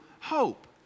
hope